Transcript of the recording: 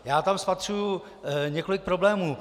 Já tam spatřuji několik problémů.